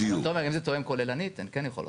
תומר, אם זה תואם כוללנית הן כן יכולות.